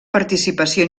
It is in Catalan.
participació